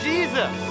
Jesus